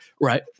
Right